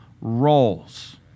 roles